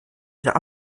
wieder